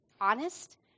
honest